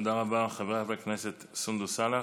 תודה רבה, חברת הכנסת סונדוס סאלח.